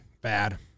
Bad